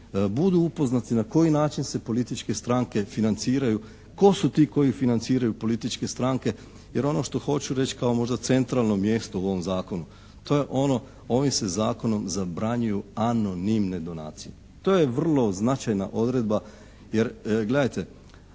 budu upoznati na koji način se političke stranke financiraju, tko su ti koji financiraju političke stranke. Jer ono što hoću reći kao možda centralno mjesto u ovom zakonu, to je ono, ovim se zakonom zabranjuju anonimne donacije. To je vrlo značajna odredba, jer gledajte